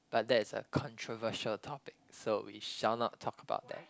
but that's a controversial topic so we shall not talk about that